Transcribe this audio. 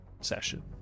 session